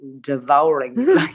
devouring